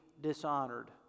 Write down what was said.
dishonored